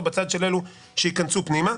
בצד אל אלו שאנחנו רוצים שייכנסו פנימה.